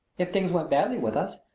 if things went badly with us,